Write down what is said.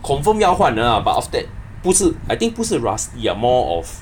confirm 要换 ah but after that 不是 I think 不是 rusty ah more of